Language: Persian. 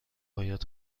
باید